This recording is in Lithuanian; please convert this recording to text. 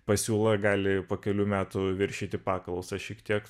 pasiūla gali po kelių metų viršyti paklausą šiek tiek